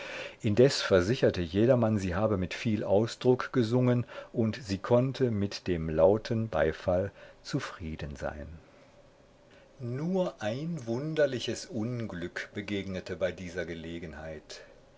indes versicherte jedermann sie habe mit viel ausdruck gesungen und sie konnte mit dem lauten beifall zufrieden sein nur ein wunderliches unglück begegnete bei dieser gelegenheit